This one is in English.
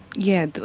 yeah,